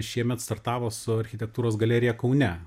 šiemet startavo su architektūros galerija kaune